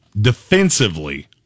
defensively